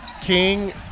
King